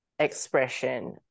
expression